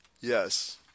Yes